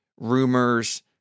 rumors